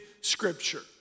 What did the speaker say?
scripture